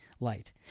light